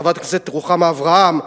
חברת הכנסת רוחמה אברהם,